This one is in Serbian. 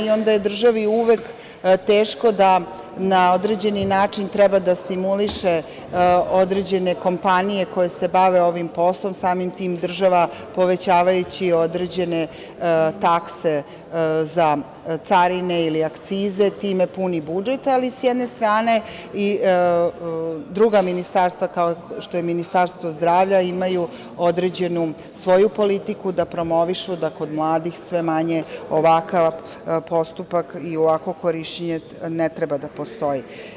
Onda je državi uvek teško da na određeni način treba da stimuliše određene kompanije koje se bave ovim poslom, a samim tim država, povećavajući određene takse za carine ili akcize time puni budžet, ali, s jedne strane, druga ministarstva, kao što je Ministarstvo zdravlja, imaju određenu svoju politiku da promovišu da kod mladih sve manje ovakav postupak i ovakvo korišćenje ne treba da postoji.